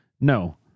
No